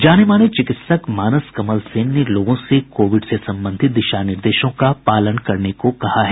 जाने माने चिकित्सक मानस कमल सेन ने लोगों से कोविड से संबंधित दिशा निर्देशों का पालन करने को कहा है